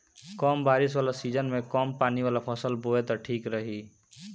कम बारिश वाला सीजन में कम पानी वाला फसल बोए त ठीक रही